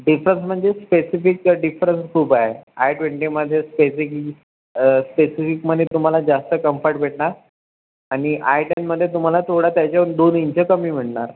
difference म्हणजे स्पेसिफिकचा difference खूपए आय ट्वेंटीमध्ये स्पेसिफि स्पेसिफिकमध्ये तुम्हाला जास्त कम्फर्ट भेटणार आणि आय टेनमध्ये तुम्हाला थोडा त्याच्याहून दोन इंच कमी मिळणार